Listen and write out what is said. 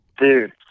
Dude